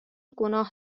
گناه